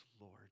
Lord